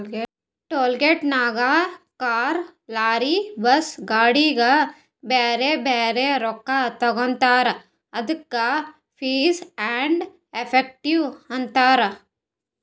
toll ಗೇಟ್ನಾಗ್ car, lorry, bus, ಗಾಡಿಗ ಬ್ಯಾರೆ ಬ್ಯಾರೆ ರೊಕ್ಕಾ ತಗೋತಾರ್ ಅದ್ದುಕ ಫೀಸ್ ಆ್ಯಂಡ್ ಎಫೆಕ್ಟಿವ್ ಅಂತಾರ್